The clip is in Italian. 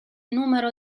numero